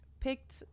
Picked